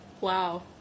Wow